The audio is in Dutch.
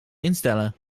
instellen